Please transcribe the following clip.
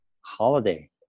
holiday